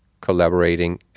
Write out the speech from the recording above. collaborating